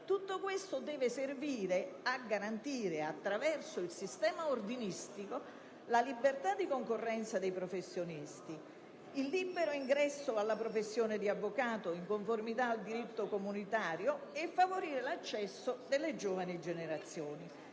Tutto questo deve servire a garantire, attraverso il sistema ordinistico, la libertà di concorrenza dei professionisti, nonché il libero ingresso alla professione di avvocato, in conformità al diritto comunitario, e l'accesso alla stessa delle giovani generazioni.